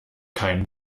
kein